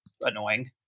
annoying